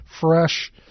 fresh